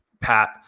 pat